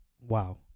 wow